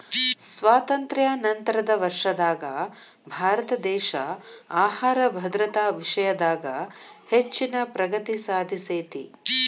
ಸ್ವಾತಂತ್ರ್ಯ ನಂತರದ ವರ್ಷದಾಗ ಭಾರತದೇಶ ಆಹಾರ ಭದ್ರತಾ ವಿಷಯದಾಗ ಹೆಚ್ಚಿನ ಪ್ರಗತಿ ಸಾಧಿಸೇತಿ